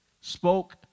spoke